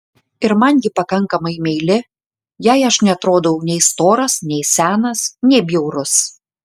ir man ji pakankamai meili jai aš neatrodau nei storas nei senas nei bjaurus